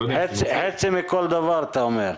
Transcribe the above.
חצי מכל דבר, אתה אומר.